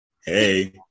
hey